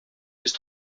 ist